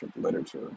literature